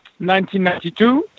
1992